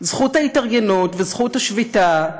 זכות ההתארגנות, וזכות השביתה,